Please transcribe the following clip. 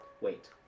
wait